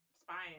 spying